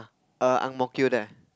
err Ang-Mo-Kio there